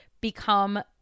become